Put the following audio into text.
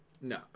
No